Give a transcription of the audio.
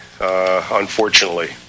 Unfortunately